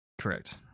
Correct